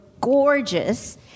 gorgeous